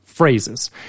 phrases